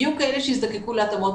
יהיו כאלה שיזדקקו להתאמות,